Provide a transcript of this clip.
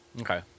Okay